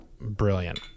brilliant